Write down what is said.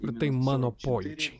ir tai mano pojūčiai